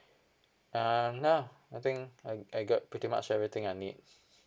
err no I think I I got pretty much everything I need